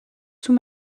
sous